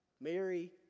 Mary